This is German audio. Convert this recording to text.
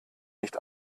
nicht